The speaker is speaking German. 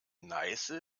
neiße